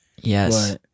Yes